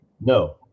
No